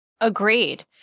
Agreed